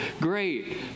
Great